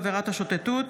עודד פורר,